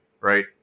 right